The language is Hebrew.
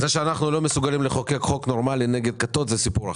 זה שאנחנו לא מסוגלים לחוקק חוק נורמלי נגד כתות זה סיפור אחר.